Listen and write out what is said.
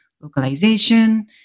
localization